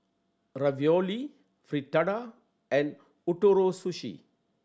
Ravioli Fritada and Ootoro Sushi